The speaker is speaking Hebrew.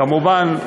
כמובן,